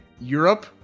Europe